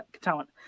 talent